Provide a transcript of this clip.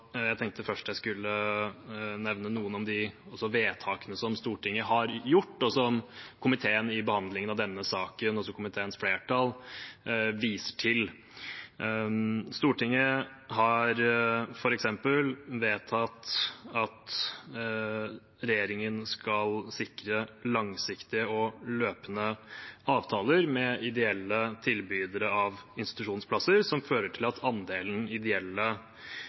Jeg tenkte først jeg skulle nevne noen av de vedtakene som Stortinget har gjort, og som komiteens flertall i behandlingen av denne saken viser til. Stortinget har f.eks. vedtatt at regjeringen skal sikre langsiktige og løpende avtaler med ideelle tilbydere av institusjonsplasser som fører til at andelen ideelle